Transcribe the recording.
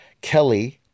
Kelly